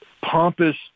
pompous